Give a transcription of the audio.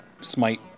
smite